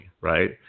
Right